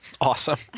Awesome